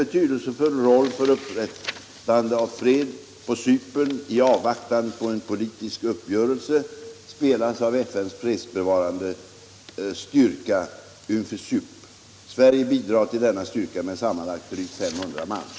Personalens möjligheter att hjälpa minskas emellertid av att ingen utbildning erhållits beträffande tekniska eller andra problem som kan uppkomma när handikappade skall använda allmänna färdmedel.